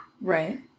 Right